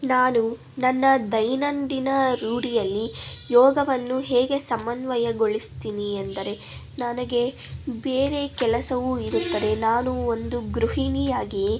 ನಾನು ನನ್ನ ದೈನಂದಿನ ರೂಢಿಯಲ್ಲಿ ಯೋಗವನ್ನು ಹೇಗೆ ಸಮನ್ವಯಗೊಳಿಸ್ತೀನಿ ಎಂದರೆ ನನಗೆ ಬೇರೆ ಕೆಲಸವೂ ಇರುತ್ತದೆ ನಾನು ಒಂದು ಗೃಹಿಣಿ ಆಗಿ